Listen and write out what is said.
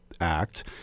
Act